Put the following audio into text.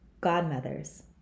godmothers